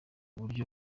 buryo